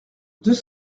deux